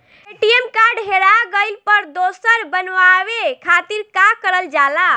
ATM card हेरा गइल पर दोसर बनवावे खातिर का करल जाला?